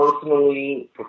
personally